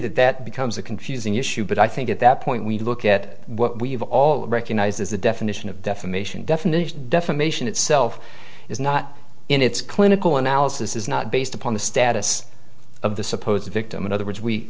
that that becomes a confusing issue but i think at that point we look at what we've all recognized as the definition of defamation definition defamation itself is not in its clinical analysis is not based upon the status of the supposed victim in other words we